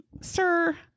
sir